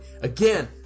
again